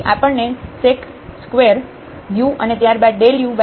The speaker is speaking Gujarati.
તેથી આપણને sec2u અને ત્યારબાદ ∂u∂x મળશે